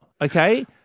Okay